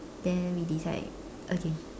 then we decide again